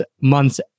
month's